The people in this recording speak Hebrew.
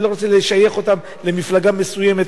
אני לא רוצה לשייך אותן למפלגה מסוימת,